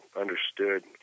understood